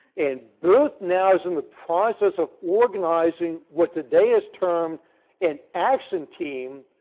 and booth now is in the process of organizing what today is termed an action team